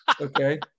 okay